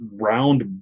round